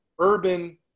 urban